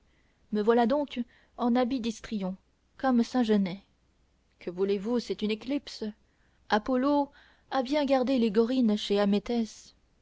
me voilà donc en habit d'histrion comme saint genest que voulez-vous c'est une éclipse apollo a bien gardé les gorrines chez